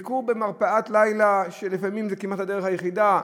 ביקור במרפאת לילה, שלפעמים זו כמעט הדרך היחידה,